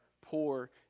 poor